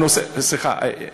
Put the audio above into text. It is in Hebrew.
הנושא, סליחה.